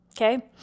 Okay